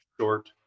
short